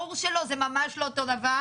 ברור שלא, זה ממש לא אותו דבר.